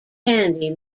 candy